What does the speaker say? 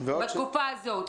בתקופה הזאת?